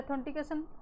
authentication